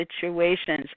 situations